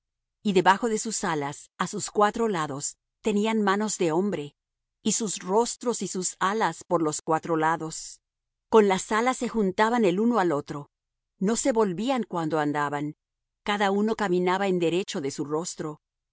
y debajo de sus alas á sus cuatro lados tenían manos de hombre y sus rostros y sus alas por los cuatro lados con las alas se juntaban el uno al otro no se volvían cuando andaban cada uno caminaba en derecho de su rostro